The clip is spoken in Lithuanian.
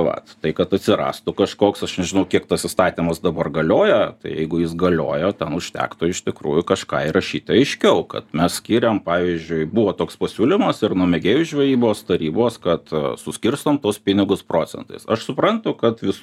vat tai kad atsirastų kažkoks aš nežinau kiek tas įstatymas dabar galioja jeigu jis galioja tam užtektų iš tikrųjų kažką įrašyt aiškiau kad mes skiriam pavyzdžiui buvo toks pasiūlymas ir nuo mėgėjų žvejybos tarybos kad suskirom tuos pinigus procentais aš suprantu kad visų